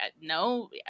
no